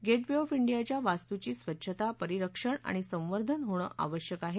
gate way of डियाच्या वास्तूची स्वच्छता परिरक्षण आणि संवर्धन होणं आवश्यक आहे